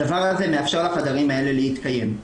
הדבר הזה מאפשר לחדרים האלה להתקיים.